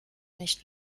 nicht